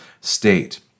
state